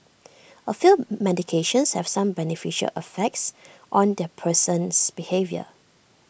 A few medications have some beneficial effects on the person's behaviour